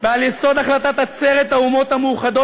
ועל יסוד החלטת עצרת האומות המאוחדות,